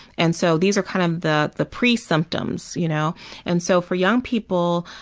and so, these are kind of the the pre-symptoms, you know and so for young people,